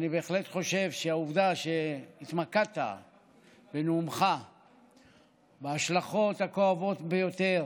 אני בהחלט חושב שהתמקדת בנאומך בהשלכות הכואבות ביותר